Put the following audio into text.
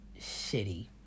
shitty